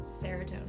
serotonin